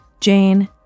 Jane